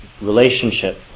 relationship